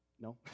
No